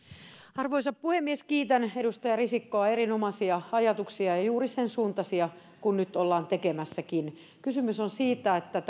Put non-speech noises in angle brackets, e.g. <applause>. arvoisa puhemies kiitän edustaja risikkoa erinomaisia ajatuksia ja juuri sen suuntaisia kuin nyt ollaan tekemässäkin kysymys on siitä että <unintelligible>